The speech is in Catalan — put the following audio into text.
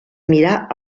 mirar